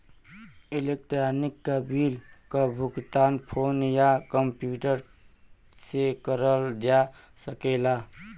electronic bill क भुगतान phone या कम्प्यूटर से करल जा सकला